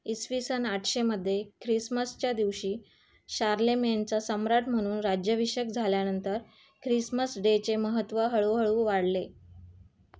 इसवी सन आठशेमध्ये ख्रिसमसच्या दिवशी शार्लेमेनचा सम्राट म्हणून राज्याभिषेक झाल्यानंतर ख्रिसमस डेचे महत्त्व हळूहळू वाढले